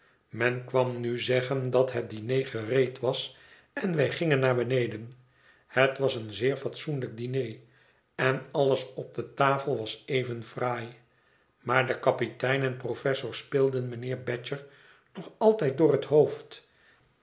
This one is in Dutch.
men kwam nu zeggen dat het diner gereed was en wij gingen naar beneden het was een zeer fatsoenlijk diner en alles op de tafel was even fraai maar de kapitein en professor speelden mijnheer badger nog altijd door het hoofd